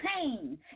pain